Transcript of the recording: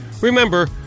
Remember